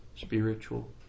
spiritual